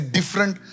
different